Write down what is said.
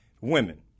women